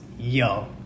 Yo